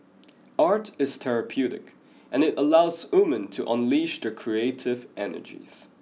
art is therapeutic and it allows women to unleash their creative energies